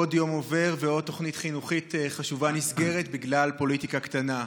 עוד יום עובר ועוד תוכנית חינוכית חשובה נסגרת בגלל פוליטיקה קטנה.